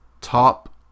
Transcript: Top